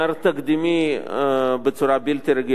תקדימי בצורה בלתי רגילה.